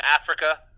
Africa